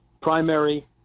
primary